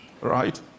right